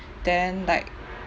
then like